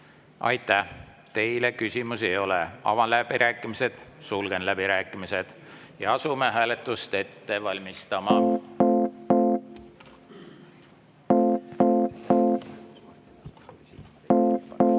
Aitäh! Teile küsimusi ei ole. Avan läbirääkimised, sulgen läbirääkimised. Ja asume hääletust ette valmistama.